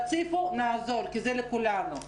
תציפו, נעזור, כי זה לכולנו,